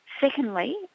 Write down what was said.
Secondly